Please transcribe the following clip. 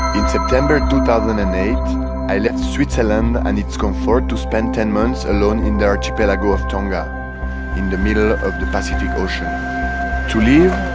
in september two thousand and eight i left switzerland and it's comfort to spend ten months alone in the archipelago of tonga in the middle of the pacific ocean to live,